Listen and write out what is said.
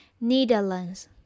Netherlands